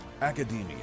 academia